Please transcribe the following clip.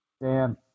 Dan